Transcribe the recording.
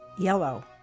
yellow